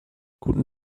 guten